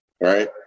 Right